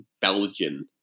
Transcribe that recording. Belgian